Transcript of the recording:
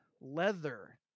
leather